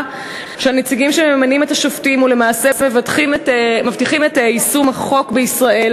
שהנציגים שממנים את השופטים ולמעשה מבטיחים את יישום החוק בישראל,